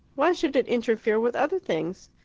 why should it interfere with other things?